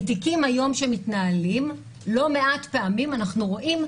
בתיקים היום שמתנהלים, לא מעט פעמים אנחנו רואים,